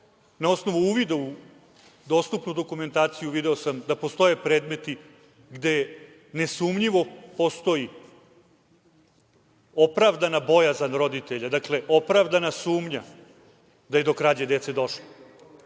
na osnovu uvida u dostupnu dokumentaciju video sam da postoje predmeti gde nesumnjivo postoji opravdana bojazan roditelja, dakle opravdana sumnja da je do krađe dece došlo.